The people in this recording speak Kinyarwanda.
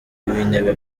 w’intebe